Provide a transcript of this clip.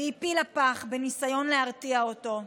היא הפילה פח, בניסיון להרתיע אותו.